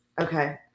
Okay